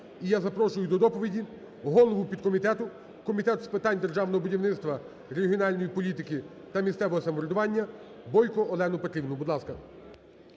І я запрошую до доповіді голову підкомітету Комітету з питань державного будівництва, регіональної політики та місцевого самоврядування Бойко Олену Петрівну. Будь ласка.